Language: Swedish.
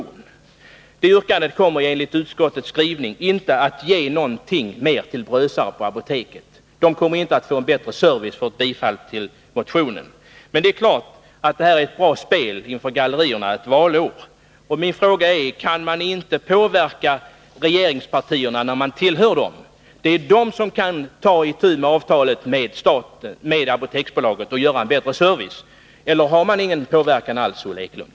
Men det yrkandet kommer enligt utskottets skrivning inte att ge någonting mer till Brösarp och apoteket där. Det blir inte bättre service vid ett bifall till motionen. Men det är klart att detta är ett bra spel för gallerierna ett valår. Min fråga är: Kan man inte påverka regeringspartierna när man tillhör dem? Det är de som kan ta itu med avtalet mellan staten och Apoteksbolaget för att få till stånd bättre service. Kan man inte påverka alls, Ulla Ekelund?